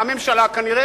הממשלה כנראה,